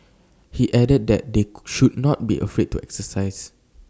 he added that they should not be afraid to exercise